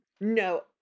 No